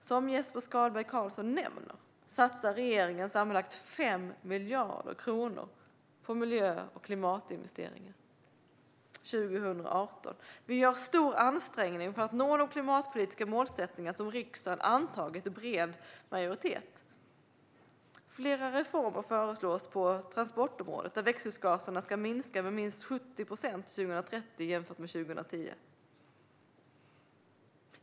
Som Jesper Skalberg Karlsson nämner satsar regeringen sammanlagt 5 miljarder kronor på klimat och miljöinvesteringar 2018. Vi gör en stor ansträngning för att nå de klimatpolitiska målsättningar som riksdagen antagit i bred majoritet. Flera reformer föreslås på transportområdet där växthusgasutsläppen ska minska med minst 70 procent till 2030 jämfört med 2010.